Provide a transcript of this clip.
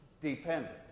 dependent